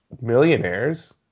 millionaires